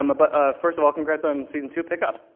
um but first of all, congrats on season two pick up.